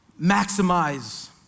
maximize